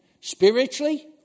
spiritually